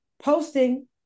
posting